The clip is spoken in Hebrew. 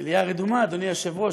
המליאה רדומה, אדוני היושב-ראש.